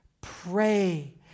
Pray